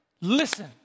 listen